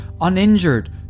uninjured